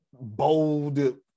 bold